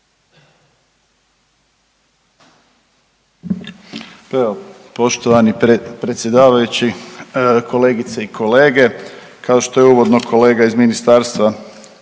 poštovani predsjedavajući, kolegice i kolege. Kao što je uvodno kolega iz Ministarstva,